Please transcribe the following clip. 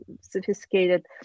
sophisticated